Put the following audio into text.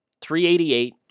388